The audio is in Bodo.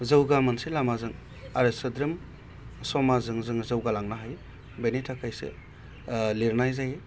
जौगा मोनसे लामाजों आरो सोद्रोम समाजजों जोङो जौगालांनो हायो बेनि थाखायसो लिरनाय जायो